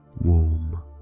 Warm